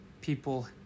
people